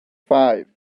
five